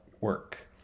work